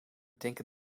denken